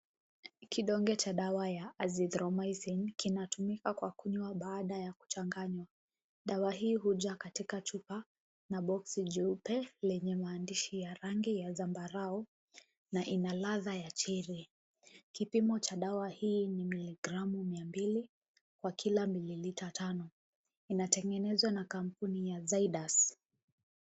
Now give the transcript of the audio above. Hii ni kidonge cha dawa ya azithromycyn kinatumika kwa kunywa baada ya kuchanganywa. Dawa hii huja katika chupa na boksi jeupe yenye maandishi ya rangi ya zambarau na ina ladha ya cherry . Kipimo ya dawa hii ni miligramu mia mbili kwa kila mililita tano. Inatengenezwa na kampuni ya zaidas.